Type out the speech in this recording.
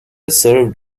served